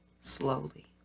slowly